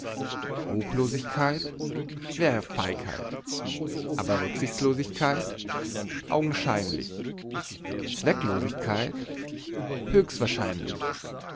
ruchlosigkeit wäre feigheit aber rücksichtslosigkeit augenscheinlich zwecklosigkeit höchst